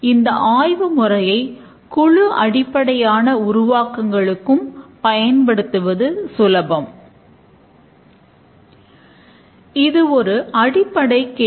ஆகவே ஒரு முக்கிய குறிப்பு என்னவென்றால் தரப்படுத்தப்பட்ட முறைகள் இல்லை என்பதே